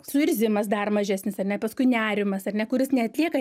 suirzimas dar mažesnis ar ne paskui nerimas ar ne kuris neatlieka